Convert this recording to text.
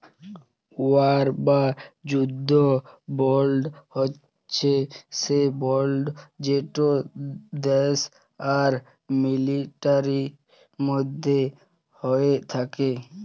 war বা যুদ্ধ বল্ড হছে সে বল্ড যেট দ্যাশ আর মিলিটারির মধ্যে হ্যয়ে থ্যাকে